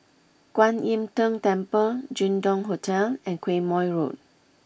Kwan Im Tng Temple Jin Dong Hotel and Quemoy Road